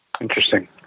interesting